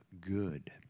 good